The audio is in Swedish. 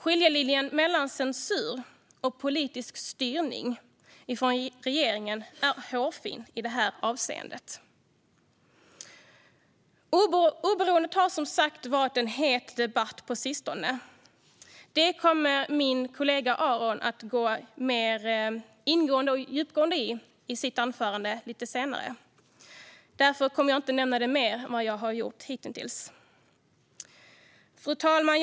Skiljelinjen mellan censur och politisk styrning från regeringen är hårfin i det här avseendet. Oberoendet har, som sagt, på sistone varit en het debatt. Det kommer min kollega Aron Emilsson att prata mer ingående om i sitt anförande. Därför kommer jag inte att nämna det mer än vad jag har gjort hitintills. Fru talman!